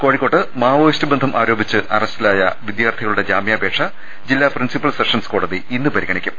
കോഴിക്കോട്ട് മാവോയിസ്റ്റ് ബന്ധം ആരോപിച്ച് അറസ്റ്റിലായ വിദ്യാർത്ഥികളുടെ ജാമ്യാപേക്ഷ ജില്ലാ പ്രിൻസിപ്പൽ സെഷൻസ് കോടതി ഇന്ന് പരിഗണിക്കും